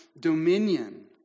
dominion